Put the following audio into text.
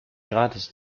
gratis